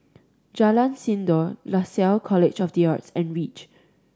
Jalan Sindor Lasalle College of The Arts and Reach